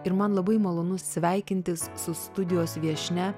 ir man labai malonu sveikintis su studijos viešnia